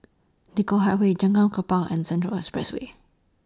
Nicoll Highway Jalan Kapal and Central Expressway